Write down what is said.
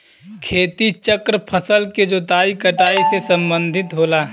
खेती चक्र फसल के जोताई कटाई से सम्बंधित होला